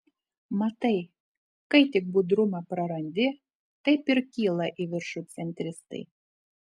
matai kai tik budrumą prarandi taip ir kyla į viršų centristai